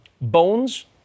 bones